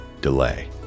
delay